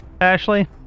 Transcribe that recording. Ashley